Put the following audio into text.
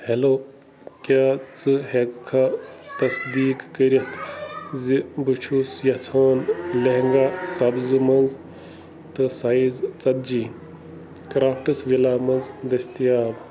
hello کیٛاہ ژٕ ہیٚکہِ کھا تصدیٖق کٔرتھ ز بہٕ چھُس یژھان لہنٛگا سَبزٕ منٛز تہٕ سایز ژتجی کرٛافٹٕس وِلا منٛز دستیاب